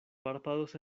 párpados